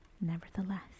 Nevertheless